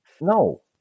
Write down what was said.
no